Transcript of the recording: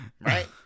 right